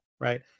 right